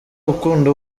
akunda